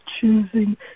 choosing